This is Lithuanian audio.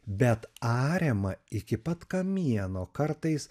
bet ariama iki pat kamieno kartais